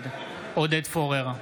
נגד עודד פורר,